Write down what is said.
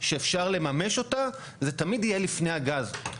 שאפשר לממש אותה, זה תמיד יהיה לפני הגז.